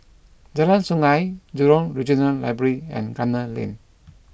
Jalan Sungei Jurong Regional Library and Gunner Lane